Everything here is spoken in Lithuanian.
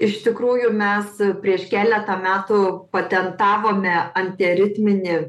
iš tikrųjų mes prieš keletą metų patentavome antiaritminį